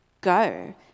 go